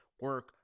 Work